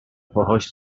پاهاش